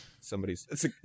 somebody's